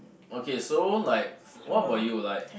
okay so like what about you like